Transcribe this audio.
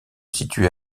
situe